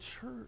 church